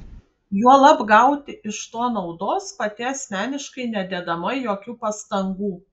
juolab gauti iš to naudos pati asmeniškai nedėdama jokių pastangų